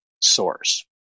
source